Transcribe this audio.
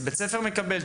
זה בית הספר מקבל?